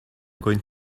going